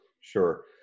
sure